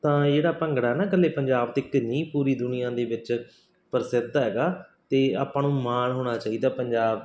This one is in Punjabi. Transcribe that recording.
ਤਾਂ ਜਿਹੜਾ ਭੰਗੜਾ ਨਾ ਇਕੱਲੇ ਪੰਜਾਬ ਤੀਕਰ ਹੀ ਨਹੀਂ ਪੂਰੀ ਦੁਨੀਆਂ ਦੇ ਵਿੱਚ ਪ੍ਰਸਿੱਧ ਹੈਗਾ ਅਤੇ ਆਪਾਂ ਨੂੰ ਮਾਣ ਹੋਣਾ ਚਾਹੀਦਾ ਪੰਜਾ